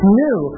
new